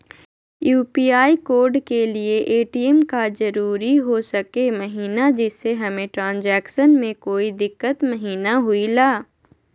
UPI code के लिए ATM का जरूरी हो सके महिना जिससे हमें ट्रांजैक्शन में कोई दिक्कत महिना हुई ला?